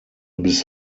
bis